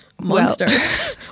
monsters